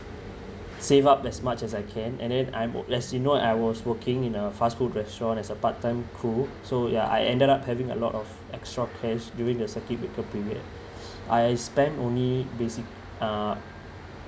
save up as much as I can and then I'm al~ as you know I was working in a fast food restaurant as a part time cook so yeah I ended up having a lot of extra cash during the circuit breaker period I spent only basic uh